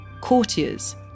Courtiers